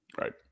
Right